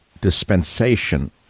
dispensation